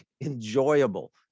enjoyable